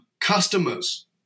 customers